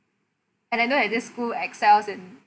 and I know at this school excels in